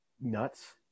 nuts